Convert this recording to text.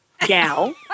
gal